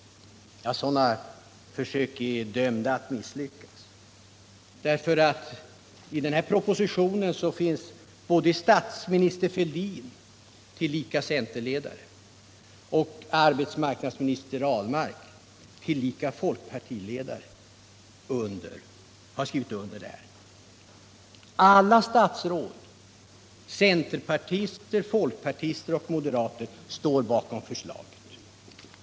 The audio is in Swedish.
Sådana försök är dömda att misslyckas. Både statsminister Fälldin, tillika centerledare, och arbetsmarknadsminister Ahlmark, tillika folkpartiledare, har skrivit under propositionen och alla statsråd i övrigt — centerpartister, folkpartister och moderater — står bakom förslaget.